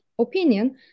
opinion